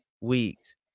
weeks